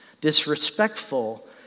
disrespectful